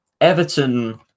Everton